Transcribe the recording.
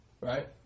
Right